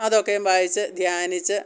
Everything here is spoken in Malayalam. അത് ഒക്കെയും വായിച്ച് ധ്യാനിച്ച്